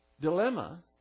dilemma